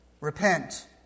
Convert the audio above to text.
Repent